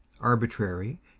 arbitrary